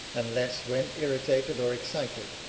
unless when irritated or excited,